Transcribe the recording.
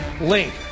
Link